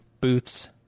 booths